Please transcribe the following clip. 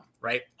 Right